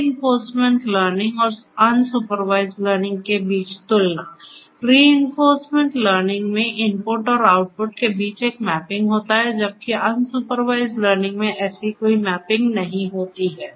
reinforcement learning और unsupervised के बीच तुलना रिइंफोर्समेंट लर्निंग में इनपुट और आउटपुट के बीच एक मैपिंग होता है जबकि अनसुपरवाइज्ड लर्निंग में ऐसी कोई मैपिंग नहीं होती है